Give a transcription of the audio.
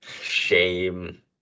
Shame